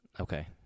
Okay